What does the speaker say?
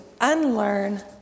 unlearn